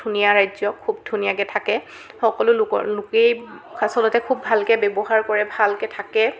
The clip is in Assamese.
ধুনীয়া ৰাজ্য খুব ধুনীয়াকৈ থাকে সকলো লোকৰ লোকেই আচলতে খুব ভালকৈ ব্যৱহাৰ কৰে ভালকৈ থাকে